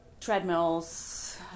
treadmills